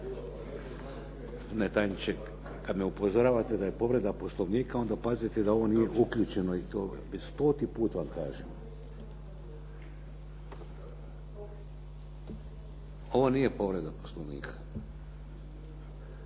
Ne, tajniče. Kad me upozoravate da je povreda poslovnika onda pazite da ovo nije uključeno, i to već stoti put vam kažem. Ovo nije povreda poslovnika.